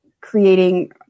creating